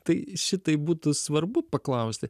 tai šitaip būtų svarbu paklausti